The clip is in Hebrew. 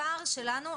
הפער שלנו,